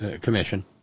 Commission